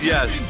Yes